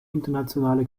internationale